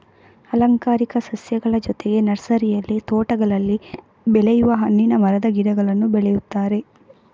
ಅಲಂಕಾರಿಕ ಸಸ್ಯಗಳ ಜೊತೆಗೆ ನರ್ಸರಿಯಲ್ಲಿ ತೋಟಗಳಲ್ಲಿ ಬೆಳೆಯುವ ಹಣ್ಣಿನ ಮರದ ಗಿಡಗಳನ್ನೂ ಬೆಳೆಯುತ್ತಾರೆ